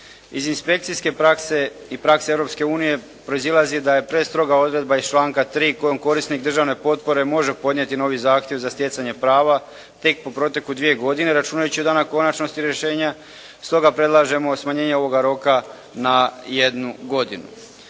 Iz inspekcijske prakse i prakse Europske unije proizilazi da je prestroga odredba iz članka 3. kojom korisnik državne potpore može podnijeti novi zahtjev za stjecanje prava tek po proteku dvije godine računajući od dana konačnosti rješenja. Stoga predlažemo smanjenje ovoga roka na jednu godinu.